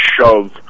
shove